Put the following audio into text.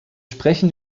sprechen